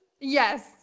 Yes